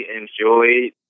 enjoyed